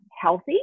healthy